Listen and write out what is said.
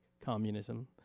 Communism